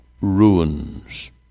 ruins